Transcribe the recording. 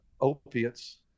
opiates